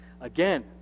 again